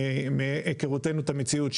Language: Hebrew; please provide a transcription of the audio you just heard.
מהיכרותנו את המציאות,